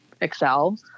excel